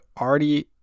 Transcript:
already